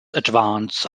advance